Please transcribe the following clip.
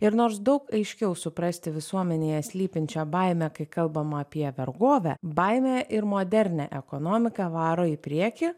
ir nors daug aiškiau suprasti visuomenėje slypinčią baimę kai kalbama apie vergovę baimė ir modernią ekonomiką varo į priekį